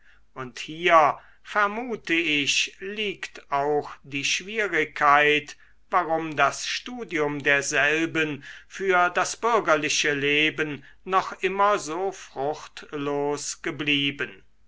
und hier vermute ich liegt auch die schwierigkeit warum das studium derselben für das bürgerliche leben noch immer so fruchtlos geblieben